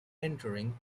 entering